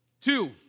Two